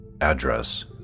Address